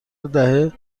دهه